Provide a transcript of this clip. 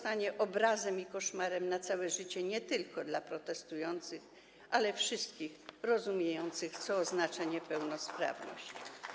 Ten obraz pozostanie koszmarem na całe życie nie tylko dla protestujących, ale wszystkich rozumiejących, co oznacza niepełnosprawność.